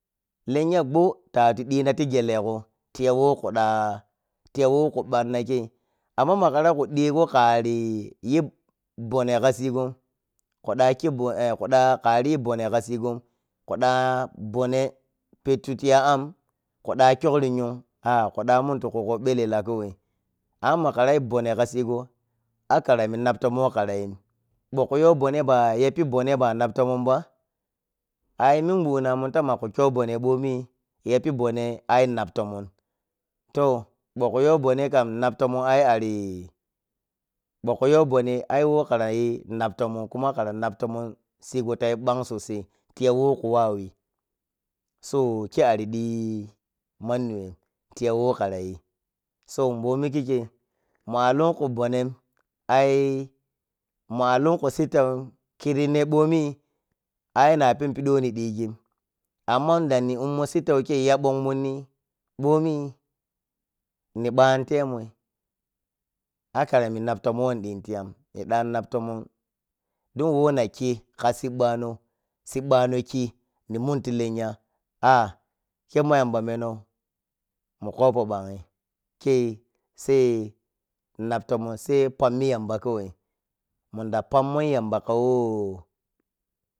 Lenya gho ta watu ɗina ti gelego tiya who kuɗa tiya who ku bannakei amma ma kara ku dego kariyi bone ka sigon kuda khi bo, eh, kuɗa, kariyi bone ka sigon, kuɗa bone pettu tiya am kuɗa kyukri yun ah, kuɗa muntikugo belela kowai ammakara yi bone ka sigo akaramin nop tomon whe kirayi. Bho kuyo bone yapi bone ba nop tomon ba? Ai minguddinamun ta maga kyo bone bomi yapi bone ai nap tomon, toh bho kuyo bone kam nap tomon ai ari, bho kayo bone ai who kirayi nop tomon kuma kara nop tomon sigo tayi ban sosai tiya who kuwauyi so ke ari ɗhi manniwain tiya who kariyi so bomi kikkei, malonku bonem ai, malonku sittauyi tiri ne bomi ai na pen pidi whe nidigin amma dani ummo sittaukei yabon monni bomi ni bantemo akarami nop tomon wein ɗi tiyam ni ɗan nap tomon dun we nakhi ka sibba na sibbano khi nimun ti lenya ah, kei ma yamba menou mukopo banyi kei sai nap tomon sai pammi yamba kawai munda pammo yamba kawo